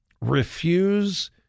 refuse